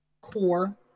core